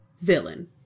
villain